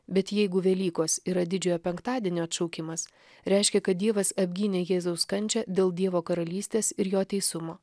bet jeigu velykos yra didžiojo penktadienio atšaukimas reiškia kad dievas apgynė jėzaus kančią dėl dievo karalystės ir jo teisumo